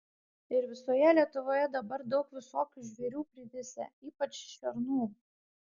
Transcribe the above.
ir visoje lietuvoje dabar daug visokių žvėrių privisę ypač šernų